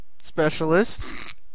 specialist